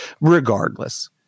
Regardless